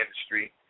industry